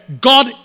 God